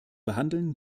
behandeln